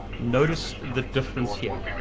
notice the difference here,